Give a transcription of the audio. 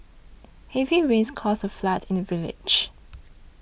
heavy rains caused a flood in the village